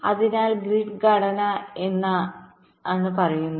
അതിനാൽ ഗ്രിഡ് ഘടന എന്താണ് പറയുന്നത്